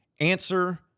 Answer –